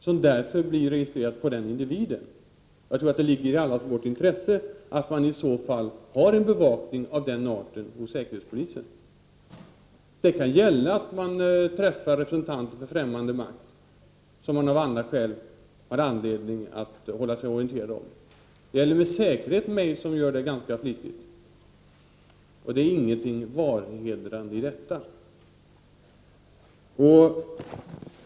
Hotet blir därför registrerat på den individen. Jag tror att det ligger i allas vårt intresse att man i så fall har en bevakning av den arten hos säkerhetspolisen. Det kan gälla att man träffar representanter för ffrämmande makt som man av andra skäl har anledning att hålla sig orienterad om. Detta gäller med säkerhet mig, eftersom jag träffar andra ganska flitigt, och det är inget vanhedrande i detta.